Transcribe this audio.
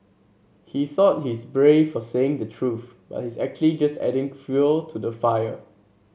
he thought he's brave for saying the truth but he's actually just adding fuel to the fire